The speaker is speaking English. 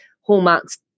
hallmarks